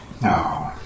No